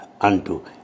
unto